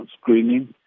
screening